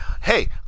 Hey